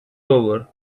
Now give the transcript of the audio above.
over